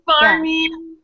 farming